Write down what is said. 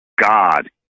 God